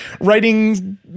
writing